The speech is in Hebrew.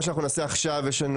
יש לנו